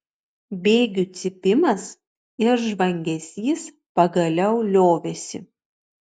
bėgių cypimas ir žvangesys pagaliau liovėsi